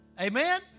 Amen